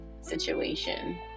situation